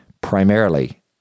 primarily